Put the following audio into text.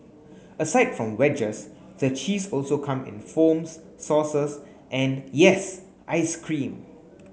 aside from wedges the cheese also come in foams sauces and yes ice cream